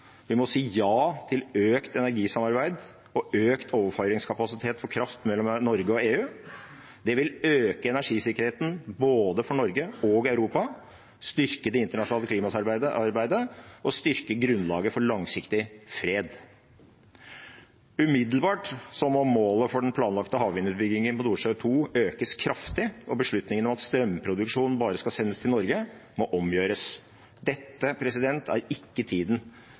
Vi må si ja til økt energisamarbeid og økt overføringskapasitet for kraft mellom Norge og EU. Det vil øke energisikkerheten, for både Norge og Europa, styrke det internasjonale klimaarbeidet og styrke grunnlaget for langsiktig fred. Umiddelbart må målet for den planlagte havvindutbyggingen Sørlige Nordsjø II økes kraftig, og beslutningen om at strømproduksjon bare skal sendes til Norge, må omgjøres. Dette er ikke tiden